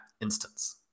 instance